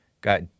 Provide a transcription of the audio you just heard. got